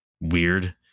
weird